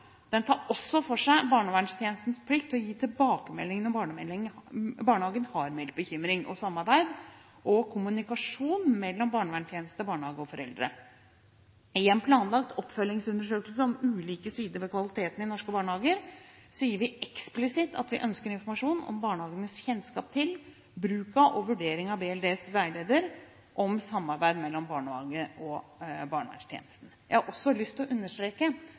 Den tar også for seg barnevernstjenestens plikt til å gi tilbakemelding når barnehagen har meldt bekymring om samarbeid og kommunikasjon mellom barnevernstjeneste, barnehage og foreldre. I en planlagt oppfølgingsundersøkelse om ulike sider ved kvaliteten i norske barnehager sier vi eksplisitt at vi ønsker informasjon om barnehagenes kjennskap til, bruk av og vurdering av BLDs veileder om samarbeid mellom barnehagen og barnevernstjenesten. Jeg har også lyst til å understreke